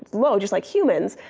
low, just like humans,